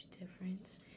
difference